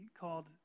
called